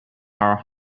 are